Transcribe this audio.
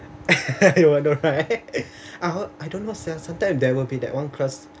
I know right I hope I don't know sia sometimes there will be that one class